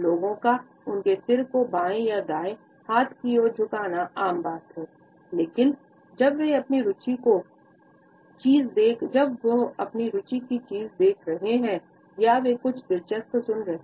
लोगों का उनके सिर को बाएँ या दाएँ हाथ की ओर झुकाना आम बात है जबकि वे अपनी रूचि की चीज़ देख रहे हैं या वे कुछ दिलचस्प सुन रहे हैं